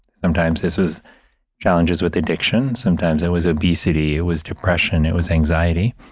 sometimes this was challenges with addiction. sometimes it was obesity. it was depression. it was anxiety.